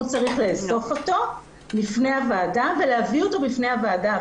הוא צריך לאסוף אותו לפני הוועדה ולהביא אותו בפני הוועדה.